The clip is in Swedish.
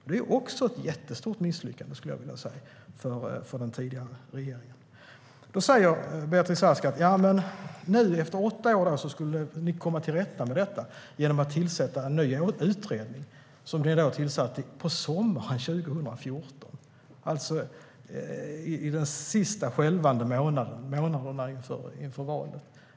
Det är också ett jättestort misslyckande för den tidigare regeringen, skulle jag vilja säga. Beatrice Ask säger att man efter åtta år skulle komma till rätta med detta genom en ny utredning. Den tillsattes sommaren 2014, under de sista skälvande månaderna inför valet.